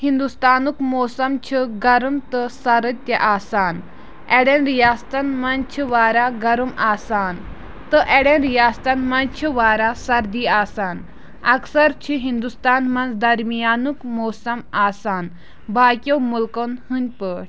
ہندوستانُک موسَم چھُ گَرم تہٕ سَرٕد تہِ آسان اَڈیٚن رِیاستَن منٛز چھِ واریاہ گَرم آسان تہٕ اَڈیٚن رِیاستَن منٛز چھِ واریاہ سردی آسان اَکثر چھِ ہندوستان منٛز درمیانُک موسَم آسان باقٕیو مُلکَن ہنٛدۍ پٲٹھۍ